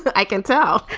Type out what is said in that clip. but i can tell